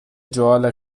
جوال